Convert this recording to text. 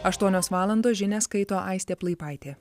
aštuonios valandos žinias skaito aistė plaipaitė